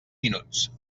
minuts